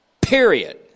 period